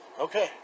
Okay